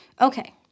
Okay